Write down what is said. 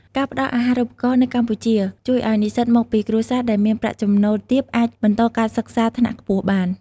ការផ្តល់អាហារូបករណ៍នៅកម្ពុជា ជួយឱ្យនិស្សិតមកពីគ្រួសារដែលមានប្រាក់ចំណូលទាបអាចបន្តការសិក្សាថ្នាក់ខ្ពស់បាន។